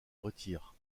retire